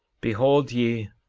behold ye,